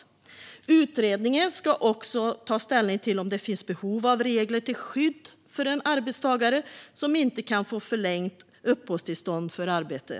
Utredaren ska också ta ställning till om det finns behov av regler till skydd för en arbetstagare som inte kan få förlängt uppehållstillstånd för arbete.